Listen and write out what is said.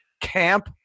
camp